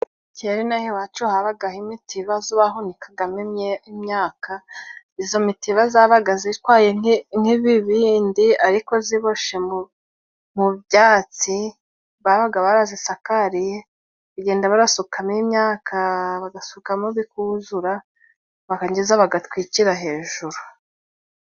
kera ino aha iwacu habagaho imitiba zo bahunikagamo imyaka, izo mitiba zabaga zitwaye nk'ibibindi ariko ziboshe mu byatsi, babaga barazisakariye bakagenda barasukamo imyakaa, bagasukamo bikuzura barangiza bagatwikira hejuru.